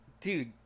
dude